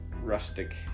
rustic